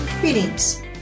Greetings